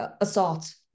assault